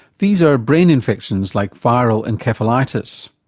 these are brain infections like viral encephalitis.